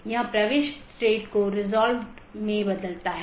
यह मूल रूप से स्केलेबिलिटी में समस्या पैदा करता है